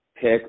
pick